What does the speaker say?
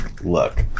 Look